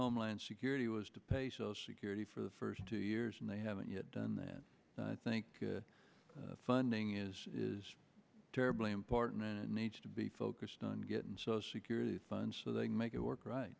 homeland security was to pay social security for the first two years and they haven't yet done that and i think funding is is terribly important and it needs to be focused on getting social security funds so they make it work right